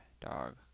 dog